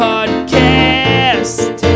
Podcast